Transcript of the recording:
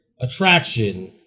attraction